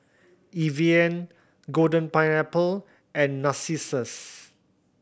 Evian Golden Pineapple and Narcissus